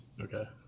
Okay